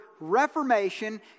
reformation